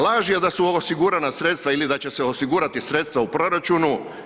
Laž je da su osigurana sredstva ili da će se osigurati sredstva u proračunu.